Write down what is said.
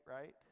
right